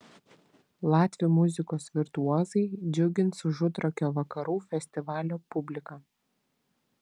latvių muzikos virtuozai džiugins užutrakio vakarų festivalio publiką